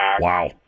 Wow